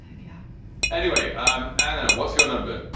yeah anyway, um anna, what's your number?